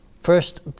First